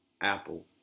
apple